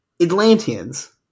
Atlanteans